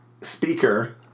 speaker